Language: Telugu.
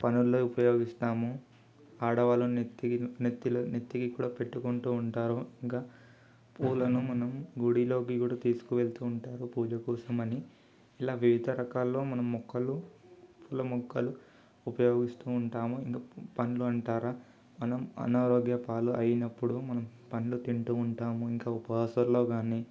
పనుల్లో ఉపయోగిస్తాము ఆడవాళ్ళని నెత్తికి నెత్తిలో నెత్తికి కూడా పెట్టుకుంటూ ఉంటారు ఇంకా పూలను మనం గుడిలోకి కూడా తీసుకు వెళుతూ ఉంటారు పూజ కోసం అని ఇలా వివిధ రకాలలో మనం మొక్కలు పూల మొక్కలు ఉపయోగిస్తూ ఉంటాము ఇంకా పళ్ళు అంటారా మనం అనారోగ్యం పాలు అయినప్పుడు మనం పళ్ళు తింటూ ఉంటాము ఇంకా ఉపవాసాల్లో కానీ